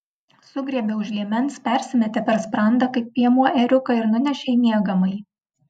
sugriebė už liemens persimetė per sprandą kaip piemuo ėriuką ir nunešė į miegamąjį